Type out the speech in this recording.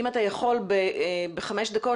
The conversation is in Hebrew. אם אתה יכול בחמש דקות,